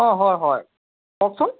অঁ হয় হয় কওকচোন